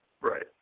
Right